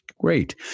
Great